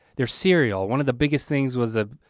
their cereal. one of the biggest things was the